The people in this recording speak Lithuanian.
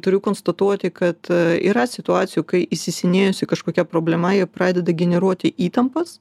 turiu konstatuoti kad yra situacijų kai įsisenėjusi kažkokia problema ji pradeda generuoti įtampas